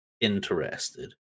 interested